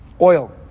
Oil